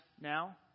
now